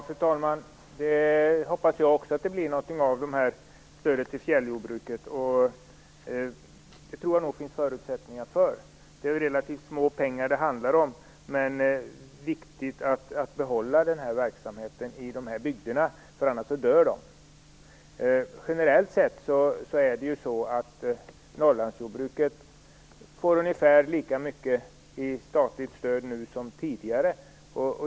Fru talman! Jag hoppas också att det blir någonting av stödet till fjälljordbruket. Det tror jag nog finns förutsättningar för. Det är relativt litet pengar det handlar om. Det är viktigt att behålla den här verksamheten i dessa bygder, annars dör de. Generellt sett får Norrlandsjordbruket ungefär lika mycket i statligt stöd nu som tidigare.